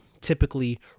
typically